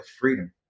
freedom